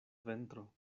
ventro